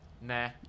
nah